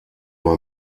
war